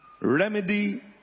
Remedy